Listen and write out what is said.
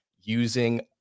using